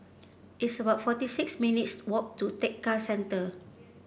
it's about forty six minutes' walk to Tekka Centre